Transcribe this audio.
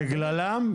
בגללם?